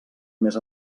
més